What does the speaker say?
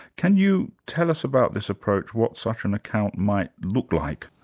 can you tell us about this approach, what such an account might look like?